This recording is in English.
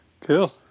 cool